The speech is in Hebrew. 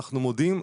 אנחנו מודים,